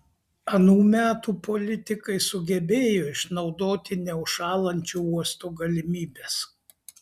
anų metų politikai sugebėjo išnaudoti neužšąlančio uosto galimybes